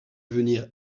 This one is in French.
venir